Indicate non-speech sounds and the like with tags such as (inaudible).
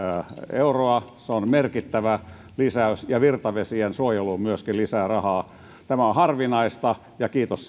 euroa se on merkittävä lisäys ja virtavesien suojeluun myöskin lisää rahaa tämä on harvinaista ja kiitos (unintelligible)